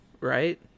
Right